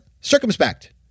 circumspect